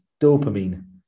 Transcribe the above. dopamine